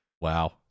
Wow